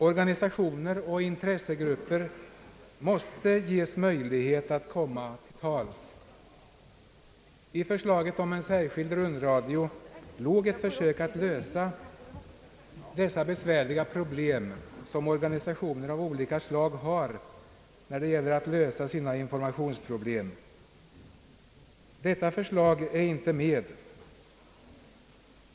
Organisationer och intressegrupper måste ges möjligheter att komma till tals. I förslaget om en särskild rundradio låg ett försök att lösa de besvärliga problem som organisationer av olika slag har när det gäller att lösa sina informationsproblem. Detta förslag finns inte med.